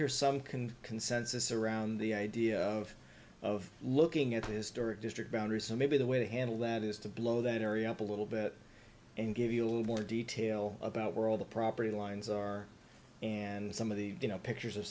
hear some can consensus around the idea of of looking at historic district boundaries and maybe the way to handle that is to blow that area up a little bit and give you a little more detail about we're all the property lines are and some of the you know pictures o